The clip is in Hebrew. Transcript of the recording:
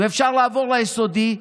אפשר לעבור ליסודי.